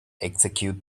execute